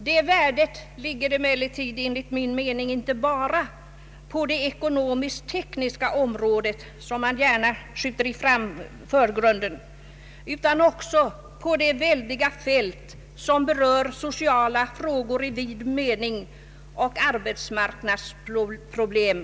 Det värdet ligger emellertid enligt min mening inte bara på det ekonomisk-tekniska området, som man gärna skjuter i förgrunden, utan också på det väldiga fält som omfattar sociala frågor i vid mening och arbetsmarknadsproblem.